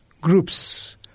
groups